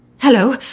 Hello